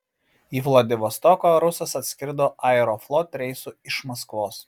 į vladivostoką rusas atskrido aeroflot reisu iš maskvos